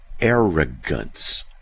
arrogance